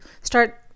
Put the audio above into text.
start